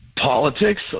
Politics